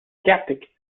sceptic